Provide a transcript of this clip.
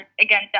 again